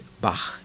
Bach